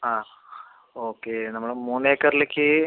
ആ ഓക്കെ നമ്മൾ മൂന്ന് ഏക്കറിലേക്ക്